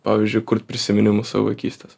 pavyzdžiui kurt prisiminimus savo vaikystės